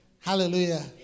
Hallelujah